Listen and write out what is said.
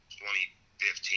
2015